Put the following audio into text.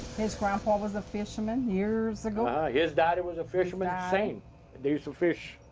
his grandpa was a fisherman, years ago his daddy was a fisherman sane they used to fish,